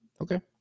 okay